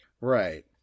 Right